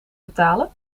betalen